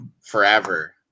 forever